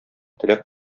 теләк